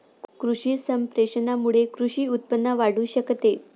कृषी संप्रेषणामुळे कृषी उत्पादन वाढू शकते